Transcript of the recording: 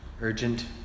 Urgent